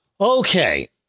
Okay